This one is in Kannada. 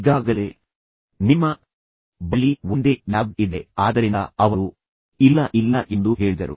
ಈಗಾಗಲೇ ನಿಮ್ಮ ಬಳಿ ಒಂದೇ ಲ್ಯಾಬ್ ಇದೆ ಆದ್ದರಿಂದ ಅವರು ಇಲ್ಲ ಇಲ್ಲ ಎಂದು ಹೇಳಿದರು